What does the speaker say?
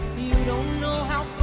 you don't know how